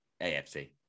AFC